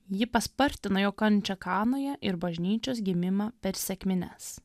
ji paspartina jo kančią kanoje ir bažnyčios gimimą per sekmines